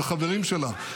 וחברים שלך.